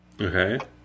okay